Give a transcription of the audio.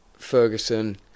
Ferguson